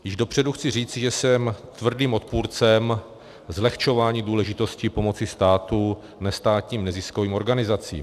Již dopředu chci říci, že jsem tvrdým odpůrcem zlehčování důležitosti pomoci státu nestátním neziskovým organizacím.